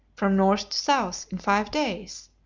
from north to south, in five days,